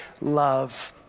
love